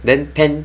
then plan